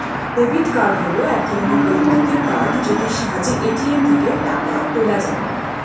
debit card হল এক ধরণের বৈদ্যুতিক কার্ড যেটির সাহায্যে এ.টি.এম থেকে টাকা তোলা যায়